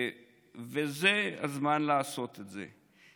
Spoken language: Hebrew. זה הזמן לעשות את זה.